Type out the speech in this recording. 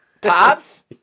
Pops